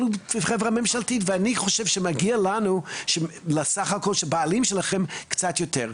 אבל זו חברה ממשלתית ואני חושב שמגיע לנו שהבעלים שלכם קצת יותר.